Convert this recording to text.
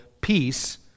peace